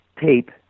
tape